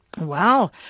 Wow